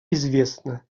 известно